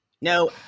No